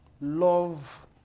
Love